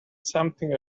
something